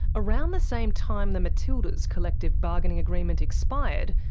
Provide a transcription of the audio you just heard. around the same time the matildas' collective bargaining agreement expired,